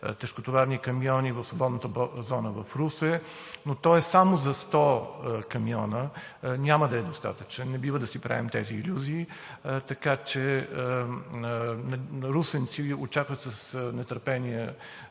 тежкотоварни камиони в свободната зона в Русе, но той е само за сто камиона и няма да е достатъчен, не бива да си правим тези илюзии. Така че русенци очакват с нетърпение